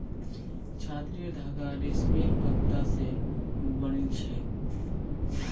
चादरेर धागा रेशमेर पत्ता स बनिल छेक